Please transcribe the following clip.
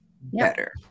better